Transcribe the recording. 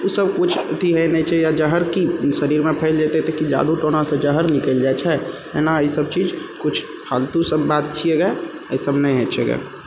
उसब किछु अथी नहि होइ छै या जहर कि शरीरमे फैल जेतय तऽ कि जादू टोनासँ जहर निकलि जाइ छै एना ईसब चीज किछु फालतू सब बात छियै गे अइ सब नहि होइ छै गे